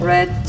Red